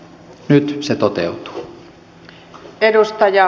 nyt se toteutuu